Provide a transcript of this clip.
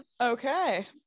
okay